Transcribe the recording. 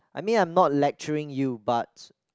I mean I'm not lecturing you but